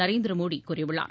நரேந்திர மோடி கூறியுள்ளார்